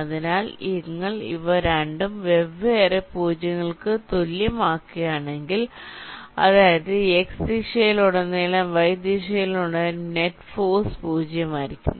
അതിനാൽ നിങ്ങൾ ഇവ രണ്ടും വെവ്വേറെ 0 കൾക്ക് തുല്യമാക്കുകയാണെങ്കിൽ അതായത് x ദിശയിലുടനീളം y ദിശയിലുടനീളമുള്ള നെറ്റ് ഫോഴ്സ് 0 ആയിരിക്കും